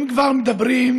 אם כבר מדברים,